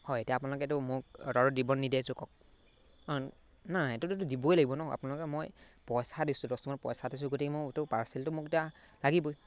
হয় এতিয়া আপোনালোকেতো মোক আৰু দিব নিদিয়ে সেইটো কওক নাই সেইটোতো দিবই লাগিব ন আপোনালোকে মই পইচা দিছোঁ দস্তুৰ্মত পইচা দিছোঁ গতিকে মই এইটো পাৰ্চেলটো মোক এতিয়া লাগিবই